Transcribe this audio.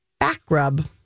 Backrub